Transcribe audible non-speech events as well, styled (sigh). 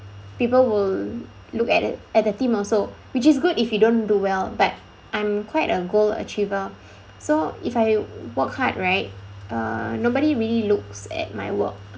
people will look at it at the team also which is good if you don't do well but I'm quite a goal achiever (breath) so if I work hard right uh nobody really looks at my work